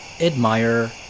admire